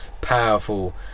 powerful